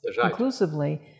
conclusively